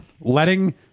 Letting